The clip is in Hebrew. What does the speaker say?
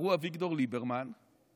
קראו אביגדור ליברמן,